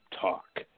talk